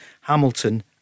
Hamilton